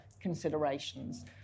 considerations